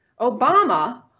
Obama